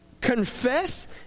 confess